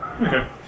Okay